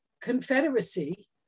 confederacy